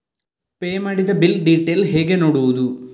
Pay ಮಾಡಿದ bill detail ಹೇಗೆ ನೋಡುವುದು?